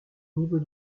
niveau